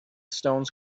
stones